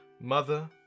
Mother